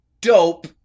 dope